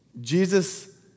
Jesus